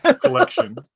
collection